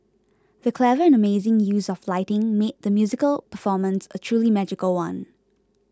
the clever and amazing use of lighting made the musical performance a truly magical one